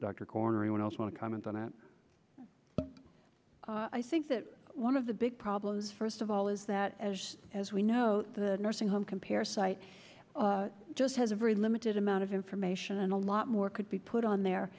dr corn or anyone else want to comment on that i think that one of the big problems first of all is that as we know the nursing home compare site just has a very limited amount of information and a lot more could be put on there